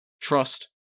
Trust